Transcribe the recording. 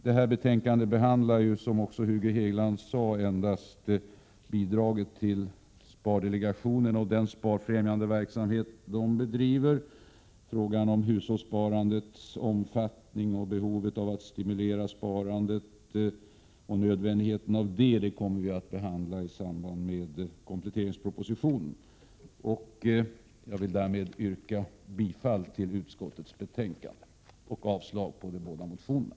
Detta betänkande behandlar, som Hugo Hegeland också sade, endast bidraget till spardelegationen och den sparfrämjande verksamhet den bedriver. Frågan om hushållssparandets omfattning och nödvändigheten av att stimulera sparandet kommer att behandlas i samband med kompletteringspropositionen. Jag vill härmed yrka bifall till utskottets hemställan och avslag på de båda reservationerna.